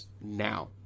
now